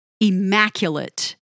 immaculate